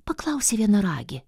paklausė vienaragė